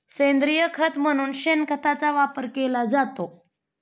सेंद्रिय खत म्हणून शेणखताचा वापर केला जातो